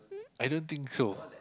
I don't think so